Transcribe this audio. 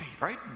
right